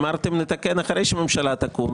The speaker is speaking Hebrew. אמרתם נתקן אחרי שהממשלה תקום.